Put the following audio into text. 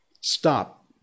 stop